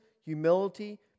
humility